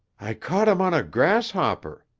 i caught him on a grasshopper,